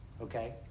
okay